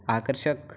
आकर्षक